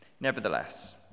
Nevertheless